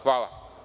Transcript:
Hvala.